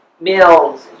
meals